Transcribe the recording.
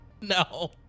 no